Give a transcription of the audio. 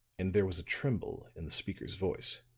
and there was a tremble in the speaker's voice,